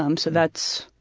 um so that's,